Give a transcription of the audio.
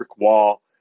wall